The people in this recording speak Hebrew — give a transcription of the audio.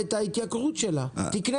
לא, אין וטו, אתה יכול לבטל, איזה וטו?